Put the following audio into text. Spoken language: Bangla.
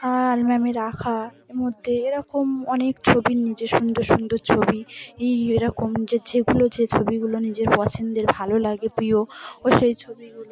আ্যলবামে রাখা এর মধ্যে এরকম অনেক ছবির নিজের সুন্দর সুন্দর ছবি ই এরকম যে যেগুলো যে ছবিগুলো নিজের পছন্দের ভালো লাগে প্রিয় ও সেই ছবিগুলো